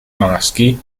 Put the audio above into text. maschi